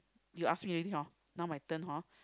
you ask me already hor now my turn hor